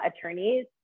attorneys